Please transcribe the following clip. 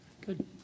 Good